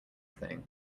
thing